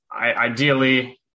ideally